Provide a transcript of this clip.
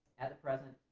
at the present,